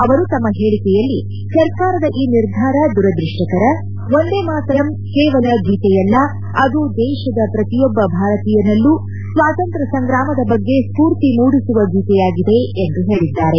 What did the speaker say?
ಅವರು ತಮ್ಮ ಹೇಳಿಕೆಯಲ್ಲಿ ಸರ್ಕಾರದ ಈ ನಿರ್ಧಾರ ದುರದೃಷ್ವಕರ ವಂದೇಮಾತರಂ ಕೇವಲ ಗೀತೆಯಲ್ಲ ಅದು ದೇಶದ ಪ್ರತಿಯೊಬ್ಬ ಭಾರತೀಯನಲ್ಲೂ ಸ್ವಾತಂತ್ರ್ನ ಸಂಗ್ರಾಮದ ಬಗ್ಗೆ ಸ್ಫೂರ್ತಿ ಮೂಡಿಸುವ ಗೀತೆಯಾಗಿದೆ ಎಂದು ಹೇಳಿದ್ದಾರೆ